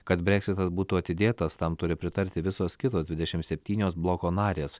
kad breksitas būtų atidėtas tam turi pritarti visos kitos dvidešimt septynios bloko narės